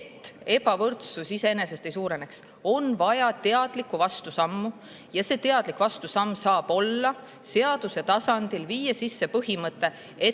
et ebavõrdsus iseenesest ei suureneks, on vaja teadlikku vastusammu. Ja see teadlik vastusamm saab olla seaduse tasandil [kehtestada] põhimõte, et tuleb